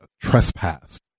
trespassed